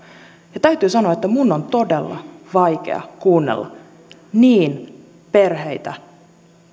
ja täytyy sanoa että minun on todella vaikea kuunnella perheitä